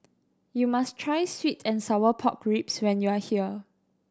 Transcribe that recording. you must try sweet and sour pork ribs when you are here